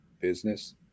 business